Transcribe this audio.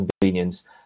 Convenience